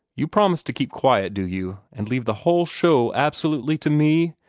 you promise to keep quiet, do you, and leave the whole show absolutely to me?